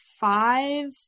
five